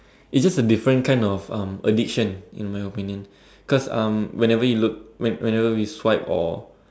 it's just a different kind of um addiction in my opinion cause um whenever you look whenever you swipe or